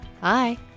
Bye